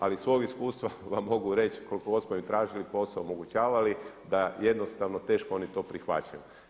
Ali iz svog iskustva vam mogu reći koliko god smo im tražili posao, omogućavali da jednostavno teško oni to prihvaćaju.